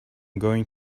going